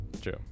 true